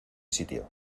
sitio